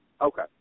Okay